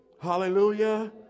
Hallelujah